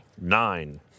Nine